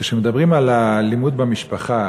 כשמדברים על האלימות במשפחה